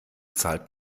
zahlt